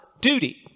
duty